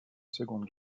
seconde